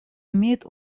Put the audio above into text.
имеет